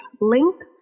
link